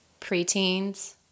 preteens